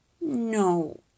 No